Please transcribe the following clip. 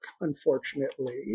unfortunately